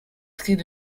traits